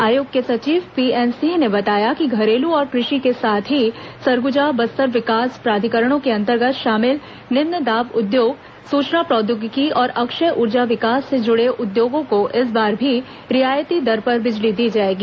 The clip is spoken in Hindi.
आयोग के सचिव पीएन सिंह ने बताया कि घरेलू और कृषि के साथ ही सरगुजा बस्तर विकास प्राधिकरणों के अंतर्गत शामिल निम्न दाब उद्योग सूचना प्रौद्योगिकी और अक्षय ऊर्जा विकास से जुड़े उद्योगों को इस बार भी रियायती दर पर बिजली दी जाएगी